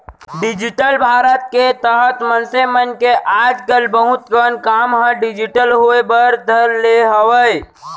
digital Bharat के तहत मनसे मन के आज कल बहुत कन काम ह डिजिटल होय बर धर ले हावय